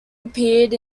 appeared